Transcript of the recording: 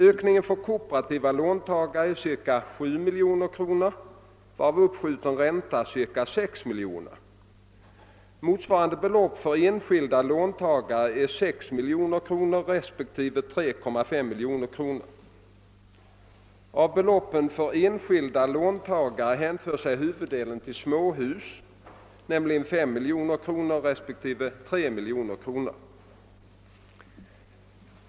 Ökningen för kooperativa låntagare är ca 7 miljoner kronor varav uppskjuten ränta ca 6 miljoner kronor. Motsvarande belopp för enskilda låntagare är 6 miljoner kronor respektive 3,5 miljoner kronor. Av beloppen för enskilda låntagare hänför sig huvuddelen till småhus, nämligen 5 miljoner kronor respektive 3 miljoner kronor.